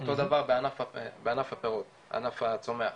אותו הדבר בענף הפירות, בענף הצומח.